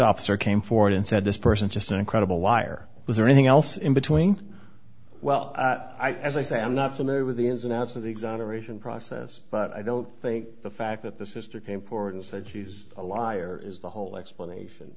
officer came forward and said this person just an incredible liar was there anything else in between well i say i'm not familiar with the ins and outs of the exoneration process but i don't think the fact that this estate came forward and said she's a liar is the whole explanation